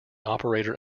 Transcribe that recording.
operator